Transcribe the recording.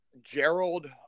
Gerald